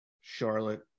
Charlotte